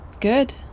Good